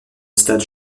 stade